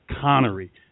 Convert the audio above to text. Connery